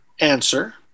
answer